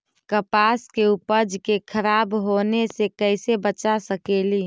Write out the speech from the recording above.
कपास के उपज के खराब होने से कैसे बचा सकेली?